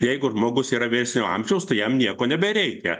jeigu žmogus yra vyresnio amžiaus tai jam nieko nebereikia